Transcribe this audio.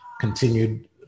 continued